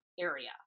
area